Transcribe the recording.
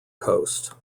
coast